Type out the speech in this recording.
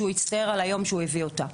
שהוא יצטער על היום שהוא הביא אותה.